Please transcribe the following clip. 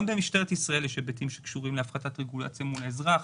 גם במשטרת ישראל יש היבטים שקשורים להפחתת רגולציה מול האזרח,